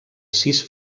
sis